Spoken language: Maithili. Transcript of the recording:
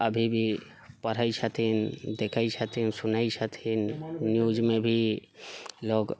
अभी भी पढ़ै छथिन देखै छथिन सुनै छथिन न्यूजमे भी लोग